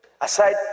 Aside